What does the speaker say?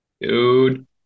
Dude